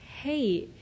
Hey